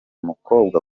mukobwa